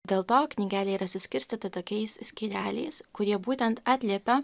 dėl to knygelė yra suskirstyta tokiais skyreliais kurie būtent atliepia